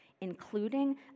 including